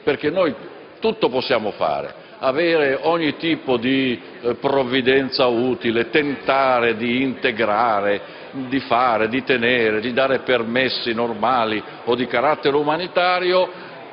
perché noi tutto possiamo fare, prevedere ogni tipo di provvidenza utile, tentare di integrare, di tenere, di dare permessi normali o di carattere umanitario,